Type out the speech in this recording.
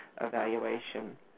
evaluation